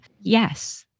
yes